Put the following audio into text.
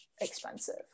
expensive